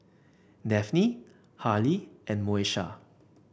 Daphne Harley and Moesha